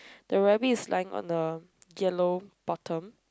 the rabbit is lying on a yellow bottom